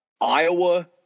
Iowa